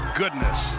goodness